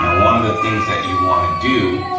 and one of the things that you wanna do,